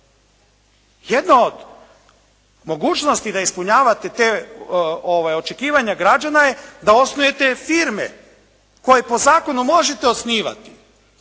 Jedna od mogućnosti da ispunjavate očekivanje građana je da osnujete firme, koje po zakonu možete osnivati